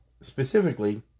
specifically